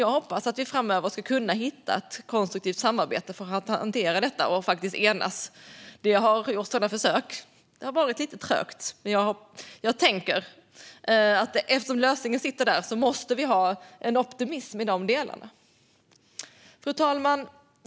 Jag hoppas att vi framöver ska kunna hitta ett konstruktivt samarbete för att hantera detta och faktiskt enas. Det har gjorts sådana försök. Det har varit lite trögt. Men jag tänker att eftersom lösningen finns där måste vi ha en optimism i dessa delar. Fru talman!